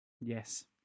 Yes